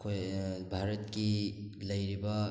ꯑꯩꯈꯣꯏ ꯚꯥꯔꯠꯀꯤ ꯂꯩꯔꯤꯕ